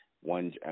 one